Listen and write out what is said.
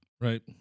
right